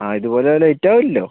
ആ ഇതുപോലെ ലേറ്റ് ആവില്ലല്ലോ